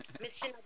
mission